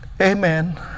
amen